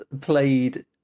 played